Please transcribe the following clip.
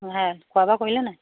সেয়াই খোৱা বোৱা কৰিলে নাই